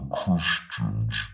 Christians